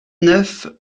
neuf